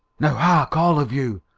now hark, all of you,